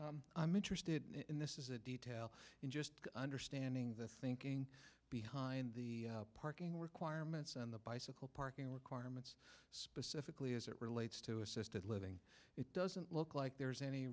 one i'm interested in this is a detail in just understanding the thinking behind the parking requirements and the bicycle parking requirements specifically as it relates to assisted living it doesn't look like there's any